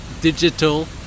digital